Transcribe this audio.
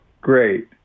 great